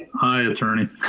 hi attorney.